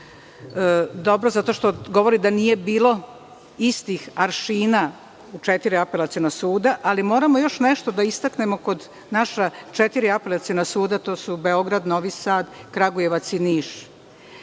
dobro, zato što govori da nije bilo istih aršina u četiri apelaciona suda. Ali, moramo još nešto da istaknemo kod naša četiri apelaciona suda, a to su Beograd, Novi Sad, Kragujevac i Niš.